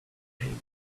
him